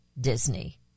Disney